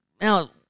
Now